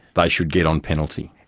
they should get on penalty.